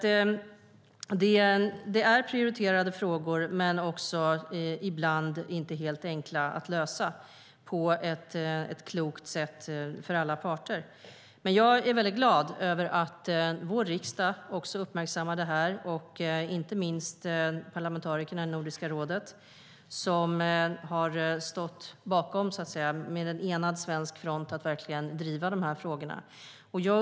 Det är prioriterade frågor. De är ibland inte helt enkla att lösa på ett klokt sätt för alla parter. Men jag är väldigt glad över att vår riksdag också uppmärksammar det här och inte minst parlamentarikerna i Nordiska rådet, som har stått, så att säga, som en enad svensk front för att verkligen driva de här frågorna.